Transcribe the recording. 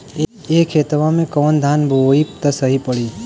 ए खेतवा मे कवन धान बोइब त सही पड़ी?